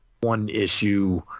one-issue